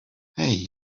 hey